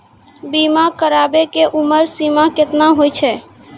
बीमा कराबै के उमर सीमा केतना होय छै?